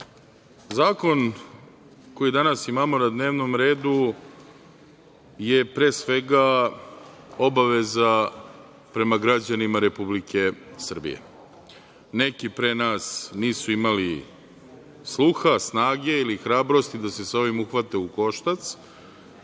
zakon koji danas imamo na dnevnom redu je pre svega obaveza prema građanima Republike Srbije. Neki pre nas nisu imali sluha, snage ili hrabrosti da se sa ovim uhvate u koštac.